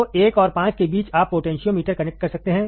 तो 1 और 5 के बीच आप पोटेंशियोमीटर कनेक्ट कर सकते हैं